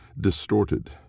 distorted